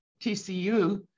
TCU